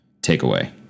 takeaway